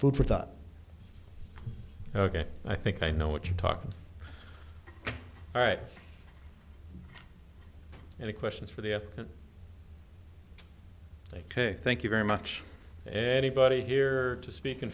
food for thought ok i think i know what you're talking all right and the questions for the i think thank you very much a body here to speak in